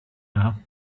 now